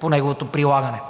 по неговото прилагане.